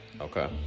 Okay